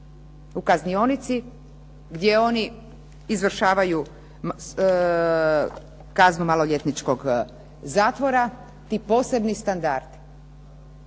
u kaznionici gdje oni izvršavaju kaznu maloljetničkog zatvora, ti posebni standardi.